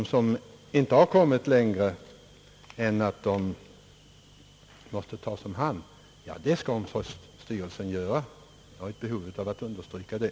De som inte har kommit längre än att de måste tas om hand skall omsorgsstyrelsen sörja för. Jag har ett behov av att understryka det.